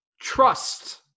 Trust